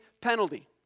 penalty